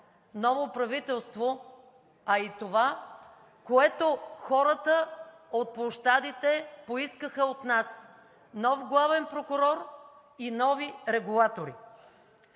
ново правителство, а и това, което хората от площадите поискаха от нас – нов главен прокурор и нови регулатори.